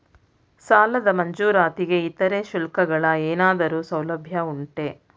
ಸಾಲದ ಮಂಜೂರಾತಿಗೆ ಇತರೆ ಶುಲ್ಕಗಳ ಏನಾದರೂ ಸೌಲಭ್ಯ ಉಂಟೆ?